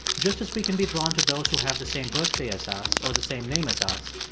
just as we can be drawn to those who have the same birthday as us or the same name as us,